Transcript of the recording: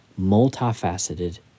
multifaceted